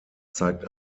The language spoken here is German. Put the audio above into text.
zeigt